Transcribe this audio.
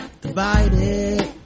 divided